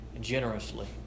generously